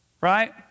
right